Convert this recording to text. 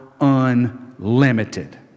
unlimited